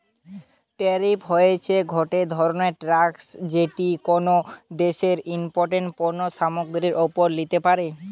tariff হতিছে গটে ধরণের ট্যাক্স যেটি কোনো দ্যাশে ইমপোর্টেড পণ্য সামগ্রীর ওপরে লিতে পারে